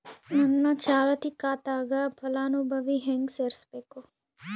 ನನ್ನ ಚಾಲತಿ ಖಾತಾಕ ಫಲಾನುಭವಿಗ ಹೆಂಗ್ ಸೇರಸಬೇಕು?